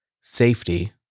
Safety